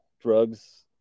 drugs